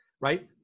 right